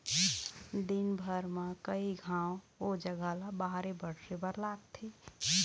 दिनभर म कइ घांव ओ जघा ल बाहरे बटरे बर लागथे